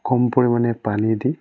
কম পৰিমাণে পানী দি